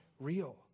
real